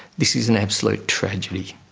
this is an absolute tragedy.